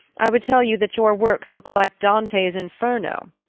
i would tell you that your works look like dante's inferno.